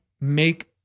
make